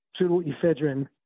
pseudoephedrine